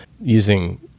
using